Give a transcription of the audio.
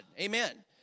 Amen